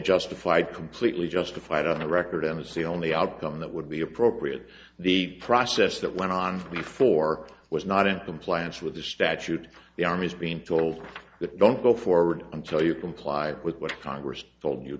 justified completely justified on the record and it's the only outcome that would be appropriate the process that went on for before was not in compliance with the statute the army's being told that don't go forward until you comply with what congress told you